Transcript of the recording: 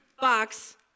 box